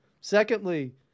Secondly